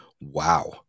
Wow